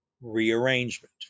rearrangement